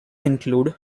include